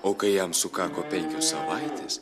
o kai jam sukako penkios savaitės